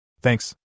thanks